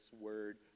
word